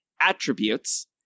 attributes